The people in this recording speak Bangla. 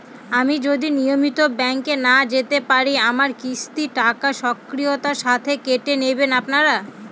আমি যদি নিয়মিত ব্যংকে না যেতে পারি আমার কিস্তির টাকা স্বকীয়তার সাথে কেটে নেবেন আপনারা?